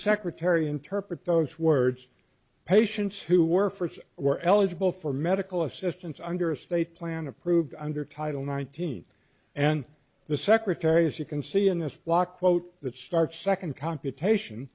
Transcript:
secretary interpret those words patients who were first were eligible for medical assistance under a state plan approved under title nineteen and the secretary as you can see in this block quote that starts second computation